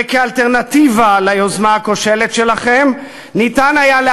וכאלטרנטיבה ליוזמה הכושלת שלכם היה אפשר